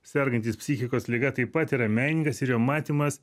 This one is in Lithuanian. sergantis psichikos liga taip pat yra menininkas ir jo matymas